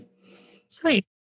sweet